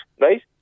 right